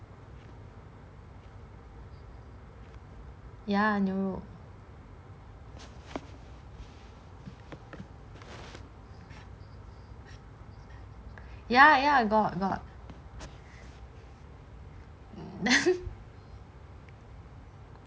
ya 牛肉 ya got got